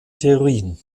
theorien